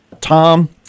Tom